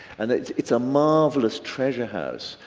and it's it's a marvellous treasure house,